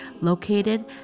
located